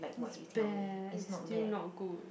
it's bad it's still not good